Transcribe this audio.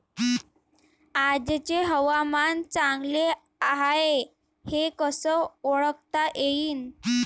आजचे हवामान चांगले हाये हे कसे ओळखता येईन?